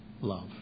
love